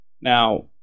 now